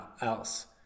else